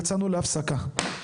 יצאנו להפסקה.